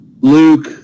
Luke